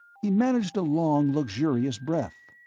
he managed a long, luxurious breath.